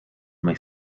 may